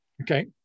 okay